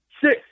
Six